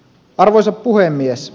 arvoisa puhemies